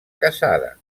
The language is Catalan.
casada